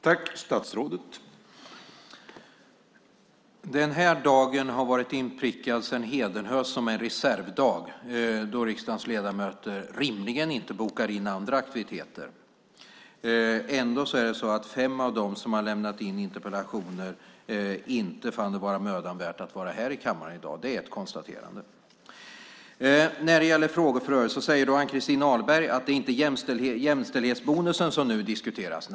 Herr talman! Den här dagen har varit inprickad sedan hedenhös som en reservdag, då riksdagens ledamöter rimligen inte ska boka in andra aktiviteter. Ändå har fem av dem som har lämnat in interpellationer inte funnit det vara mödan värt att vara här i kammaren i dag. Det är ett konstaterande. Ann-Christin Ahlberg säger att det inte är jämställdhetsbonusen som nu diskuteras.